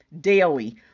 daily